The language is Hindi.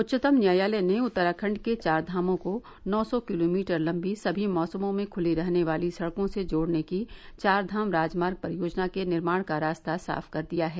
उच्चतम न्यायालय ने उत्तराखंड के चार धामों को नौ सौ किलोमीटर लंबी समी मौसमों में खुली रहने वाली सड़कों से जोड़ने की चार धाम राजमार्ग परियोजना के निर्माण का रास्ता साफ कर दिया है